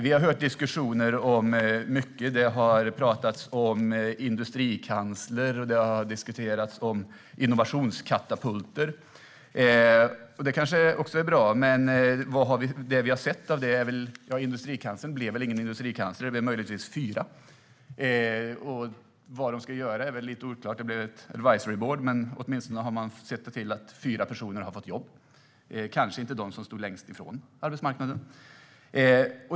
Vi har hört diskussioner om mycket. Det har pratats om industrikansler, och det har diskuterats om innovationskatapulter. Det är kanske också bra, men det som vi möjligtvis har sett är att industrikanslern blev fyra stycken. Vad de ska göra är väl lite oklart. Det blev ett advisory board, och därigenom har man sett till att åtminstone fyra personer har fått jobb, men det var väl inte de som stod längst ifrån arbetsmarknaden.